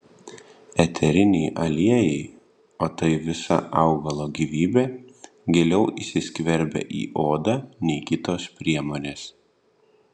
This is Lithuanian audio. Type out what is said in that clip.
eteriniai aliejai o tai visa augalo gyvybė giliau įsiskverbia į odą nei kitos priemonės